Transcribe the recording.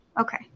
Okay